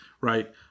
Right